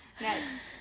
next